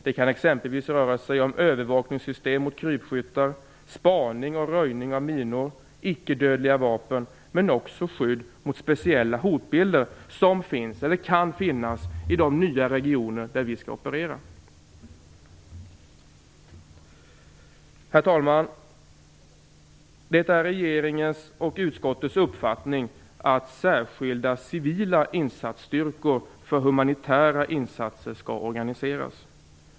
Det kan exempelvis röra sig om övervakningssystem mot krypskyttar, spaning och röjning av minor, icke-dödliga vapen, men också skydd mot speciella hotbilder som finns, eller kan finnas, i de nya regioner där vi skall operera. Herr talman! Det är regeringens och utskottets uppfattning att särskilda civila insatsstyrkor för humanitära insatser skall organiseras.